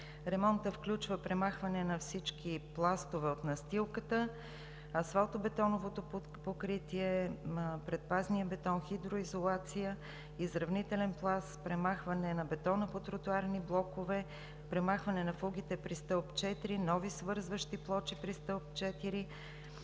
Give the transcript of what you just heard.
Ремонтът включва премахване на всички пластове от настилката, асфалтобетоновото покритие на предпазния бетон, хидроизолация, изравнителен пласт, премахване на бетона по тротоарни блокове, премахване на фугите при стълб 4, нови свързващи плочи при стълб 4